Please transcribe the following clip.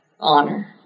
honor